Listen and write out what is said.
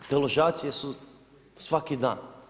Deložacije su svaki dan.